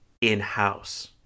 in-house